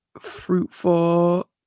fruitful